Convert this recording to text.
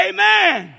Amen